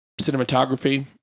cinematography